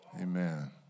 Amen